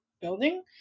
building